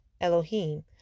Elohim